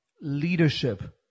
leadership